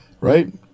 right